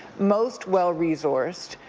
most well-resourced,